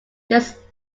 just